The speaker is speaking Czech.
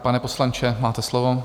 Pane poslanče, máte slovo.